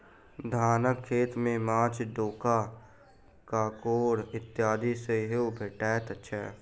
धानक खेत मे माँछ, डोका, काँकोड़ इत्यादि सेहो भेटैत छै